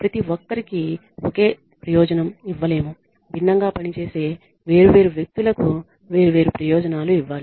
ప్రతి ఒక్కరికీ ఒకే ప్రయోజనం ఇవ్వలేము భిన్నంగా పనిచేసే వేర్వేరు వ్యక్తులకు వేర్వేరు ప్రయోజనాలు ఇవ్వాలి